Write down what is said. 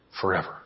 forever